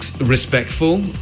respectful